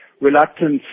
reluctance